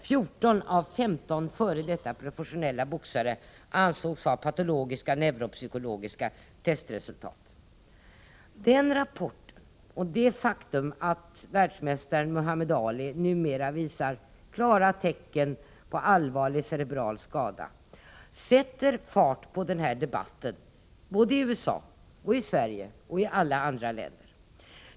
14 av 15 f.d. professionella boxare ansågs ha patologiska neuropsykologiska testresultat. Den rapporten och det faktum att världsmästaren Muhammed Ali numera visar klara tecken på allvarlig cerebral skada sätter fart på den här debatten både i USA och i alla andra länder.